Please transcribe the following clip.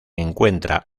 encuentra